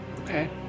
Okay